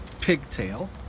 pigtail